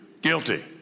Guilty